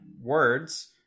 words